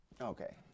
Okay